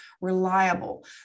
reliable